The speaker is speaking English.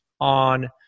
on